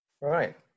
Right